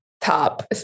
top